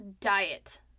diet